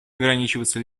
ограничиваться